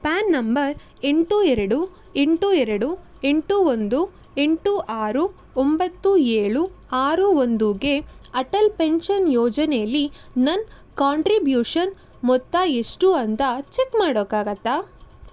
PAN number ಎಂಟು ಎರಡು ಎಂಟು ಎರಡು ಎಂಟು ಒಂದು ಎಂಟು ಆರು ಒಂಬತ್ತು ಏಳು ಆರು ಒಂದುಗೆ ಅಟಲ್ ಪೆನ್ಷನ್ ಯೋಜನೇಲಿ ನನ್ನ ಕಾಂಟ್ರಿಬ್ಯೂಷನ್ ಮೊತ್ತ ಎಷ್ಟು ಅಂತ ಚೆಕ್ ಮಾಡೋಕ್ಕಾಗತ್ತಾ